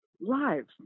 Live